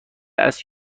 است